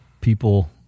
people